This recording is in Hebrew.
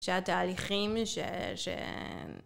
שהתהליכים ש...